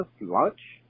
lunch